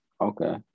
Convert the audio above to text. okay